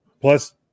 Plus